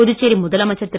புதுச்சேரி முதலமைச்சர் திரு